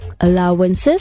allowances